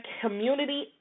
Community